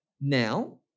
Now